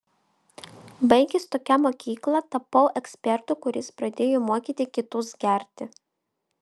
baigęs tokią mokyklą tapau ekspertu kuris pradėjo mokyti kitus gerti